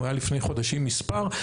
הוא היה לפני חודשים מספר,